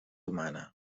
humana